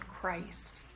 Christ